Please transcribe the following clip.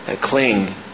cling